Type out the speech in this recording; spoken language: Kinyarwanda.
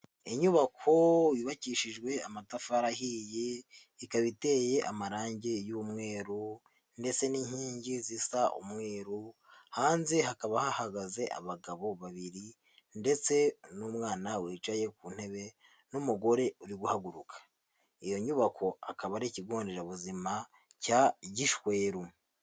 Inyubako yubakishijwe amatafari ahiye, ikaba iteye amarange y'umweru ndetse n'inkingi zisa umweru, hanze hakaba hahagaze abagabo babiri ndetse n'umwana wicaye ku ntebe n'umugore uri guhaguruka. Iyo nyubako akaba ari ikigo nderabuzima cya Gishweru.